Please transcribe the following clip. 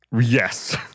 Yes